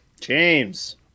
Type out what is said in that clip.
James